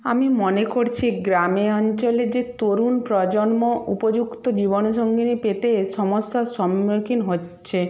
আমি মনে করছি গ্রাম অঞ্চলে যে তরুণ প্রজন্ম উপযুক্ত জীবন সঙ্গিনী পেতে সমস্যার সম্মুখীন হচ্ছে